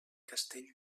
castell